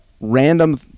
random